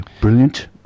brilliant